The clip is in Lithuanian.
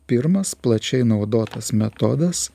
pirmas plačiai naudotas metodas